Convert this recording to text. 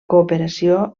cooperació